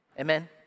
Amen